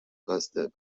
قصد